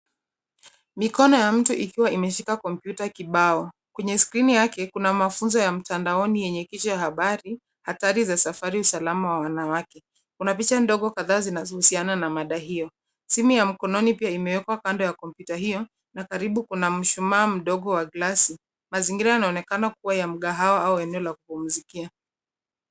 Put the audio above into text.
Mikono ya mtu ikiwa imeshika kompyuta kibao na kwenye skrini kuna mafunzo ya mtandaoni yenye kichwa ya habari, hatari za safari usalama wa wanawake. Kuna picha ndogo kadhaa zinazohusiana na mada hiyo. Simu ya mkononi pia imewekwa kando ya kompyuta hiyo na karibu kuna mshumaa mdogo wa glasi, mazingira yanaonekana kuwa ya mgahawa au eneo la kupumzikia.